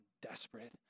desperate